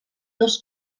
dos